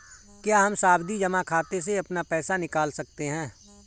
क्या हम सावधि जमा खाते से अपना पैसा निकाल सकते हैं?